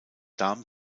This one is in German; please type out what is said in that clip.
darm